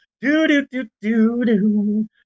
Do-do-do-do-do